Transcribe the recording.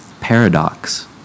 paradox